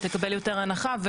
תקבל יותר הנחה,